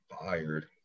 fired